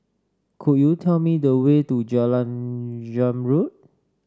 could you tell me the way to Jalan Zamrud